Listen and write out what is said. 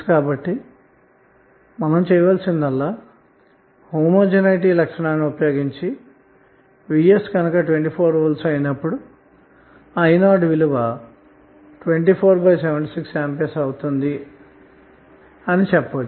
కాబట్టిమీరు చేయవలసిందల్లా సజాతీయ లక్షణాన్ని ఉపయోగించి vs24Vఅయినప్పుడు I0 విలువ 2476A అవుతుందని చెప్పచ్చు